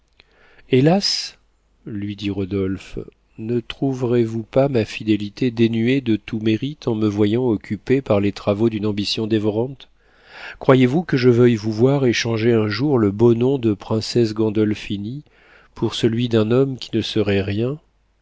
hélas lui dit rodolphe ne trouvez-vous pas ma fidélité dénuée de tout mérite en me voyant occupé par les travaux d'une ambition dévorante croyez-vous que je veuille vous voir échanger un jour le beau nom de princesse gandolphini pour celui d'un homme qui ne serait rien